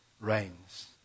reigns